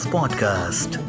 Podcast